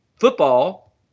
football